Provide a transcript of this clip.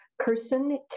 Kirsten